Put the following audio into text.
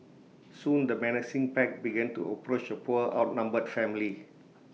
soon the menacing pack began to approach the poor outnumbered family